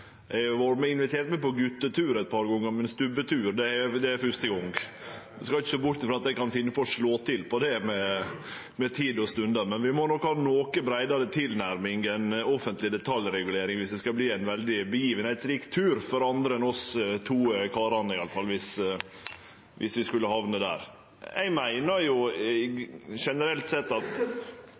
Eg har vore invitert med på gutetur eit par gonger, men «stubbetur» – det er første gong. Ein skal ikkje sjå bort ifrå at eg kan finne på å slå til på det med tid og stunder. Men vi må nok ha ei noko breiare tilnærming enn offentleg detaljregulering viss det skal verte ein veldig hendingsrik tur for andre enn oss to karane, i alle fall, viss vi skulle hamne der. Eg meiner generelt sett at